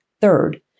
Third